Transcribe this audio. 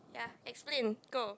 ya explain go